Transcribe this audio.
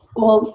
well,